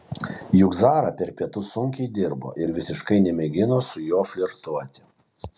juk zara per pietus sunkiai dirbo ir visiškai nemėgino su juo flirtuoti